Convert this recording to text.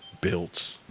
built